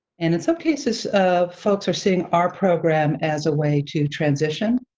and in some cases, um folks are seeing our program as a way to transition.